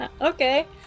Okay